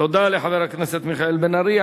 תודה לחבר הכנסת מיכאל בן-ארי.